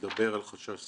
מדבר על חשש סביר.